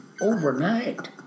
overnight